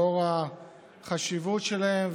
לאור החשיבות שלהן,